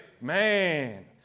man